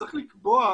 צריך לקבוע